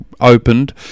opened